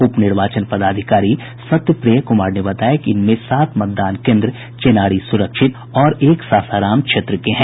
उप निर्वाचन पदाधिकारी सत्य प्रिय कुमार ने बताया कि इनमें सात मतदान केन्द्र चेनारी सुरक्षित और एक सासाराम क्षेत्र के हैं